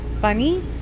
bunny